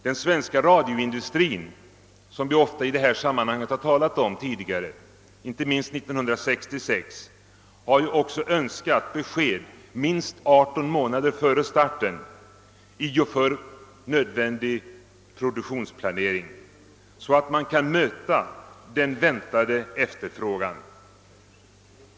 Den svenska radioindustrin, som vi ofta i detta sammanhang har talat om tidigare, inte minst år 1966, har ju också önskat besked minst 18 månader före starten i och för nödvändig produktionsplanering så att den kan möta den väntade efterfrågan.